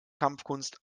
kampfkunst